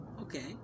Okay